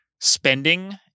spending